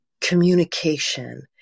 communication